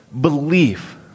belief